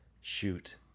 shoot